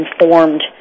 informed